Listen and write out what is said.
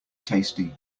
tasty